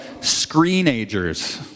screen-agers